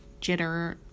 jitter